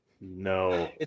No